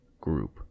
group